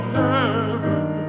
heaven